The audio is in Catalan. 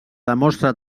demostra